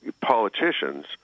politicians